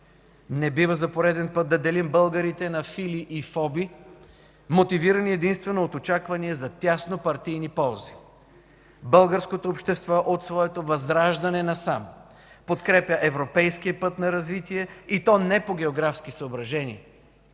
Не бива за пореден път да делим българите на фили и фоби, мотивирани единствено от очаквания за тясно партийни ползи. Българското общество от своето Възраждане насам подкрепя европейския път на развитие, и то не по географски съображения.